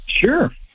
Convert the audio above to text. Sure